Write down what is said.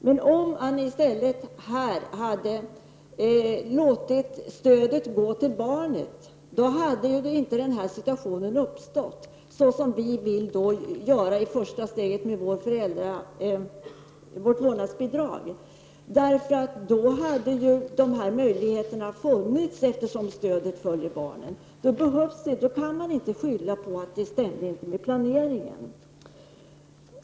Men om man i stället hade låtit stödet gå till barnet, som vi har föreslagit genom införande av ett vårdnadsbidrag, hade denna situation inte uppstått. Då hade det funnits möjligheter, eftersom stödet följer barnet. Då kan man inte skylla på att utvecklingen inte stämmer med planeringen.